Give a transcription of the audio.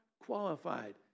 qualified